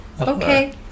Okay